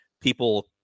people